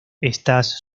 estas